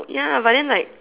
ya but then like